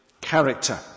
Character